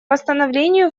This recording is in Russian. восстановлению